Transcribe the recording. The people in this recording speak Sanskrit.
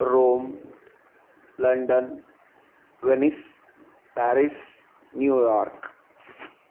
Rome London Venice Paris New York